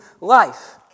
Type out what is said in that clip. life